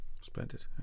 Splendid